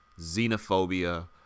xenophobia